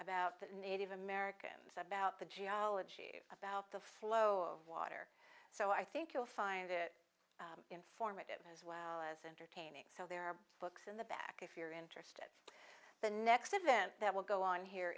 about the native americans about the geology about the flow of water so i think you'll find it informative as well as entertaining so there are books in the back if your interest the next event that will go on here